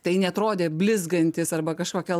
tai neatrodė blizgantis arba kažkokio